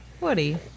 Woody